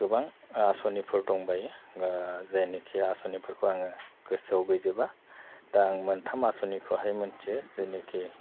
गोबां आसनिफोर दंबायो जेनिखि आसनिफोरखौ आङो गोसोआव गैजोबा दा आं मोनथाम आसनिखौहाय मिन्थियो जेनिखि